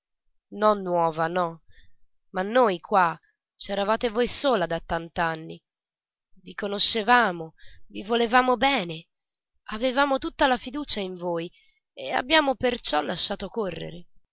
non nuova no ma noi qua c'eravate voi sola da tant'anni vi conoscevamo vi volevamo bene avevamo tutta la fiducia in voi e abbiamo perciò lasciato correre